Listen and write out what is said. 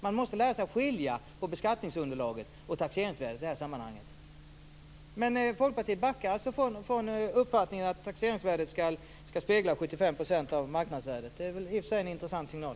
Man måste lära sig skilja mellan beskattningsunderlaget och taxeringsvärdet i det här sammanhanget. Men Folkpartiet backar alltså från uppfattningen att taxeringsvärdet ska spegla 75 % av marknadsvärdet. Det är väl i och för sig en intressant signal.